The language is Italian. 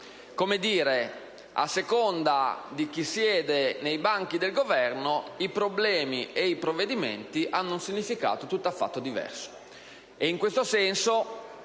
Come a dire che a seconda di chi siede nei banchi del Governo i problemi e i provvedimenti hanno un significato tutt'affatto diverso.